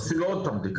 עושים לו עוד פעם בדיקה.